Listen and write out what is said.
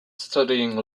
studying